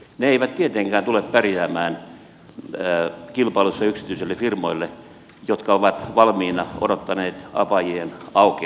ne eivät tietenkään tule pärjäämään kilpailussa yksityisille firmoille jotka ovat valmiina odottaneet apajien aukeamista